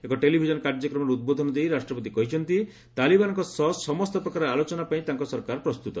ଏକ ଟେଲିଭିଜନ କାର୍ଯ୍ୟକ୍ରମରେ ଉଦ୍ବୋଧନ ଦେଇ ରାଷ୍ଟ୍ରପତି କହିଛନ୍ତି ତାଲିବାନଙ୍କ ସହ ସମସ୍ତ ପ୍ରକାର ଆଲୋଚନା ପାଇଁ ତାଙ୍କ ସରକାର ପ୍ରସ୍ତୁତ